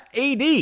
AD